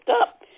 up